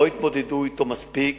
לא התמודדו אתם מספיק.